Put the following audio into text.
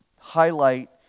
highlight